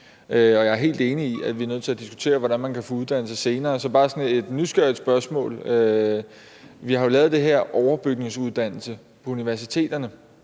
jeg er helt enig i, at vi er nødt til at diskutere, hvordan man kan få uddannelse senere. Jeg vil bare stille et spørgsmål af ren nysgerrighed: Vi har jo lavet den her overbygningsuddannelse på universiteterne,